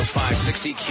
560